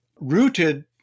rooted